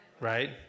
right